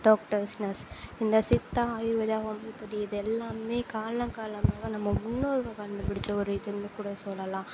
doctors nurse இந்த சித்தா ஆயுர்வேதம் homeopathy இது எல்லாமே காலம்காலமாக நம்ம முன்னோர்கள் கண்டுப்பிடிச்ச ஒரு இதுன்னு கூட சொல்லலாம்